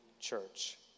church